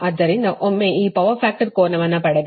ಆದ್ದರಿಂದ ಒಮ್ಮೆ ಈ ಪವರ್ ಫ್ಯಾಕ್ಟರ್ ಕೋನವನ್ನು ಪಡೆದರೆ